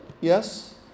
yes